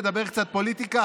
נדבר קצת פוליטיקה,